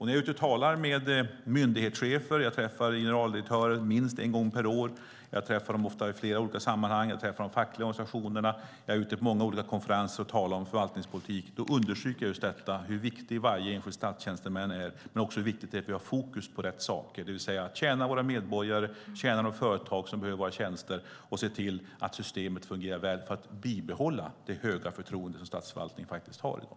När jag träffar myndighetschefer och generaldirektörer, vilket jag gör minst en gång per år, när jag träffar de fackliga organisationerna och när jag är ute på konferenser och talar om förvaltningspolitik understryker jag hur viktig varje enskild statstjänsteman är och hur viktigt det är att vi har fokus på rätt saker, det vill säga att tjäna våra medborgare och de företag som behöver våra tjänster och se till att systemet fungerar väl för att bibehålla det höga förtroende som statsförvaltningen har i dag.